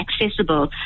accessible